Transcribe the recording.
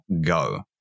go